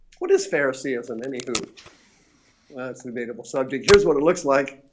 what is fair see as i'm anywho that's animatable subject here's what it looks like